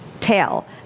tail